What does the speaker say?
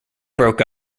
broke